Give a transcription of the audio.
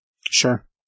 Sure